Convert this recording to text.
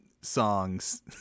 songs